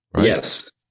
Yes